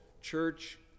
church